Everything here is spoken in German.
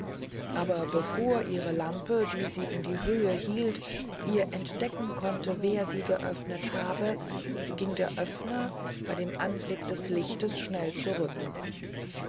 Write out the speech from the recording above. aber bevor ihre lampe die sie in die höhe hielt ihr entdecken konnte wer sie geöfnet habe ging der oefner bey dem anblick des lichtes schnell zurück